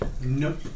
Nope